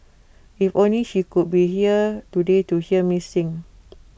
if only she could be here today to hear me sing